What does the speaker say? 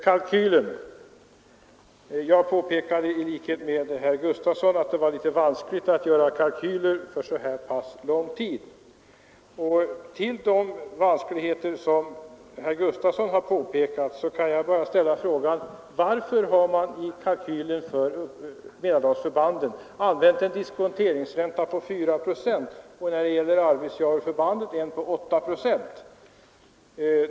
I likhet med herr Gustafsson i Uddevalla påpekade jag att det var vanskligt att göra kalkyler för så lång tid. Jag vill också ställa frågan: Varför har man i kalkylen för förbanden i Mälardalen använt en diskonteringsränta på 4 procent och för Arvidsjaurförbandet 8 procent?